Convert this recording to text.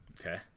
Okay